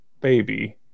baby